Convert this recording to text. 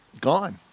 gone